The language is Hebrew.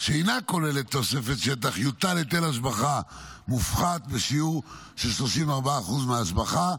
שאינה כוללת תוספת שטח יוטל היטל השבחה מופחת בשיעור של 34% מההשבחה,